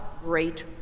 great